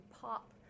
pop